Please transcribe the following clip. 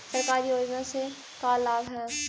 सरकारी योजना से का लाभ है?